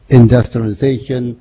industrialization